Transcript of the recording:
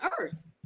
earth